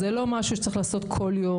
זה לא משהו שצריך לעשות כל יום,